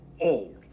old